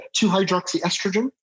2-hydroxyestrogen